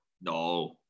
No